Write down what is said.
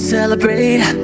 Celebrate